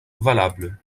valable